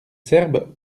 serbes